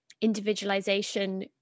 individualization